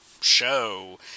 show